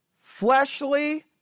fleshly